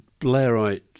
Blairite